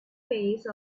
phase